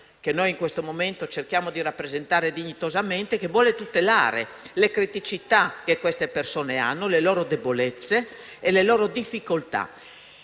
(che noi in questo momento cerchiamo di rappresentare dignitosamente) che vuole tutelare le criticità di queste persone, le loro debolezze e le loro difficoltà.